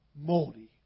moldy